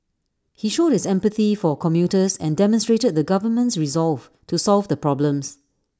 he showed his empathy for commuters and demonstrated the government's resolve to solve the problems